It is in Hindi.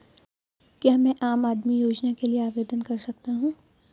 क्या मैं आम आदमी योजना के लिए आवेदन कर सकता हूँ?